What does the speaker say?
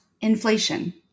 Inflation